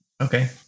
Okay